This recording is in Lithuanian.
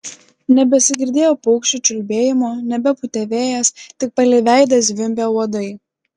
nebesigirdėjo paukščių čiulbėjimo nebepūtė vėjas tik palei veidą zvimbė uodai